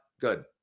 Good